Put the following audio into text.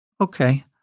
okay